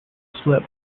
slip